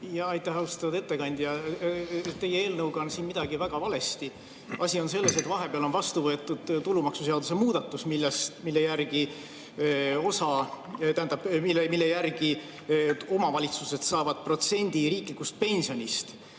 Aitäh! Austatud ettekandja! Teie eelnõuga on midagi väga valesti. Asi on selles, et vahepeal on vastu võetud tulumaksuseaduse muudatus, mille järgi omavalitsused saavad protsendi riiklikust pensionist